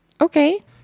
Okay